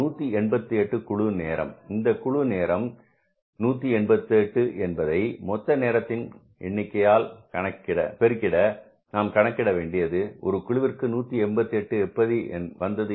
188 குழு நேரம் இந்த குழு நேரம் 188 என்பதை மொத்த நேரத்தின் எண்ணிக்கையால் பெருகிட நாம் கணக்கிட வேண்டியது குழுவிற்கு 188 எப்படி வந்தது